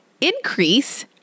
increase